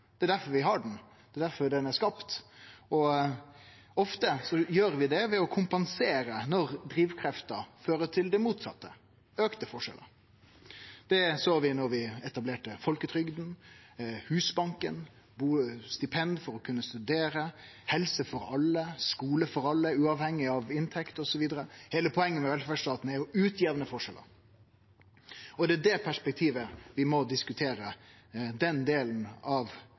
kompensere når drivkrefter fører til det motsette – større forskjellar. Det såg vi da vi etablerte Folketrygden, Husbanken, stipend for å kunne studere, helse for alle, skule for alle uavhengig av inntekt, osv. Heile poenget med velferdsstaten er å jamne ut forskjellar, og det er i det perspektivet vi må diskutere den delen av